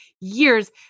years